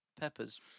peppers